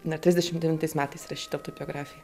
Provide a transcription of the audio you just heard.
net trisdešim devintais metais rašyta autobiografija